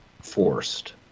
Forced